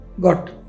got